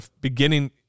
beginning